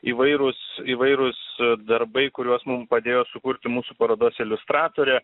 įvairūs įvairūs darbai kuriuos mum padėjo sukurti mūsų parodos iliustratorė